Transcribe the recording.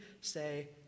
say